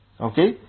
okay